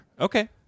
Okay